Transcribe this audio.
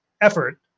effort